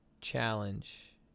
challenge